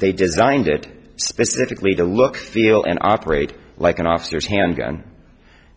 they designed it specifically the look feel and operate like an officer's handgun